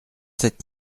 sept